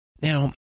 Now